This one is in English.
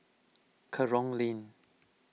Kerong Lane